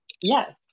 Yes